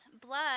blood